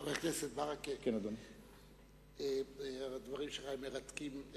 חבר הכנסת ברכה, הדברים שלך מרתקים.